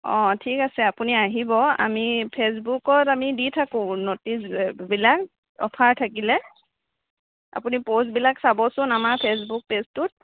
অঁ ঠিক আছে আপুনি আহিব আমি ফেচবুকত আমি দি থাকোঁ নটিচ বিলাক অফাৰ থাকিলে আপুনি পোষ্টবিলাক চাবচোন আমাৰ ফেচবুক পেজটোত